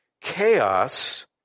chaos